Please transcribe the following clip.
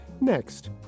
Next